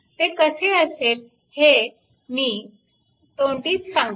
ते कसे असेल हे मी तोंडीच सांगतो